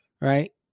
right